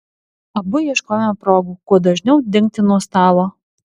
abu ieškojome progų kuo dažniau dingti nuo stalo